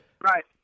Right